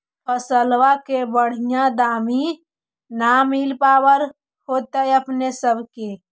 फसलबा के बढ़िया दमाहि न मिल पाबर होतो अपने सब के?